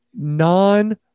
non